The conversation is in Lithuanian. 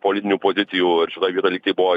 politinių pozicijų ir šitoj vietoj lyg tai buvo